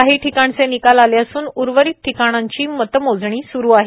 काही ठिकाणचे निकाल आले असून उर्वरित ठिकाणांची मतमोजणी स्रू आहे